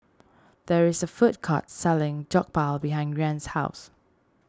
there is a food court selling Jokbal behind Rian's house